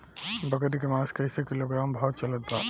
बकरी के मांस कईसे किलोग्राम भाव चलत बा?